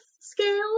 scale